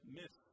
miss